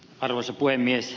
arvoisa puhemies